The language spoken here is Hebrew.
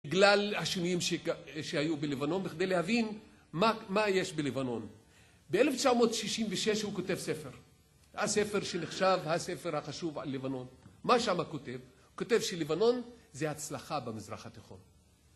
בגלל השינויים שהיו בלבנון, בכדי להבין מה, מה יש בלבנון. ב-1966 הוא כותב ספר. הספר שנחשב הספר החשוב על לבנון. מה שמה כותב? הוא כותב שלבנון זה הצלחה במזרח התיכון.